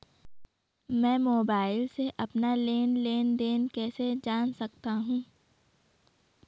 मैं मोबाइल से अपना लेन लेन देन कैसे जान सकता हूँ?